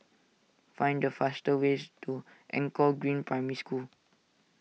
find the faster ways to Anchor Green Primary School